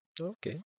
Okay